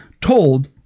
told